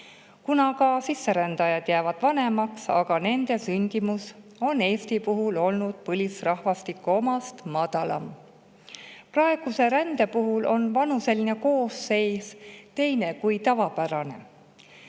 kuna ka sisserändajad jäävad vanemaks ja nende sündimus on Eesti puhul olnud põlisrahvastiku omast madalam. Praeguse rände puhul on vanuseline koosseis teine kui tavapäraselt.